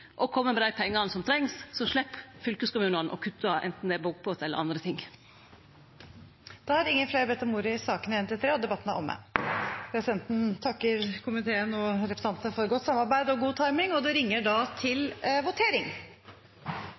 og kome med dei pengane som trengst. Så slepp fylkeskommunane å kutte, anten det gjeld bokbåten eller andre ting. Flere har ikke bedt om ordet til sakene nr. 1–3. Presidenten takker komiteen og representantene for godt samarbeid og god timing. Stortinget går først til votering